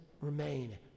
remain